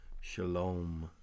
Shalom